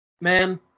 Man